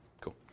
Cool